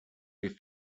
with